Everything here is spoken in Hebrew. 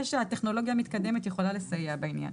הטכנולוגיה המתקדמת יכולה לסייע בעניין.